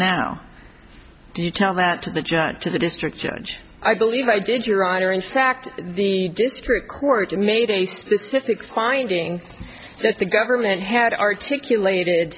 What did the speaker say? now do you tell that to the judge to the district judge i believe i did your honor intact the district court made a specific finding that the government had articulated